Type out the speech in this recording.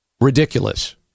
ridiculous